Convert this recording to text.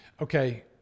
Okay